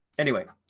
anyway,